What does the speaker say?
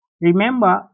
Remember